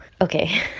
Okay